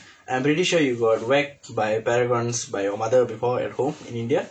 I'm pretty sure you got whacked by paragon by your mother before at home in India